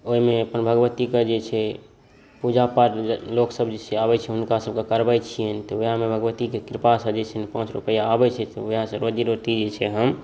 ओहिमे अपन भगवती के जे छै पूजा पाठ लोकसब जे छै आबै छै हुनका सबके करबै छियनि तऽ ओएह मे भगवती के कृपा सॅं जे छै पाँच रुपैआ आबै छै तऽ ओएह सॅं रोजी रोटी जे छै हम